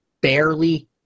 barely